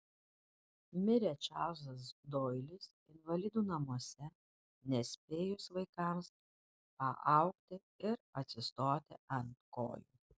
mirė čarlzas doilis invalidų namuose nespėjus vaikams paaugti ir atsistoti ant kojų